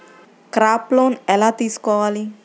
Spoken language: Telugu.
క్రాప్ లోన్ ఎలా తీసుకోవాలి?